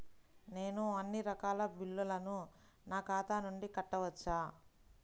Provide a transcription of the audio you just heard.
నేను అన్నీ రకాల బిల్లులను నా ఖాతా నుండి కట్టవచ్చా?